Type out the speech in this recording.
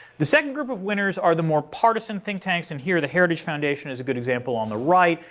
the second group of winners are the more partisan think tanks. and here the heritage foundation is a good example on the right.